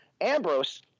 Ambrose